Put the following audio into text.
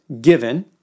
given